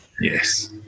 Yes